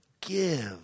give